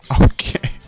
Okay